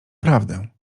prawdę